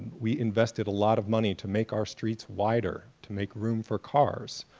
we invested a lot of money to make our streets wider to make room for cars.